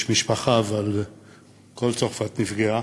יש משפחה, אבל כל צרפת נפגעה,